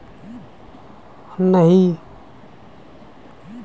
मेरा छोटू कपड़ा निर्यात के काम में लग गया है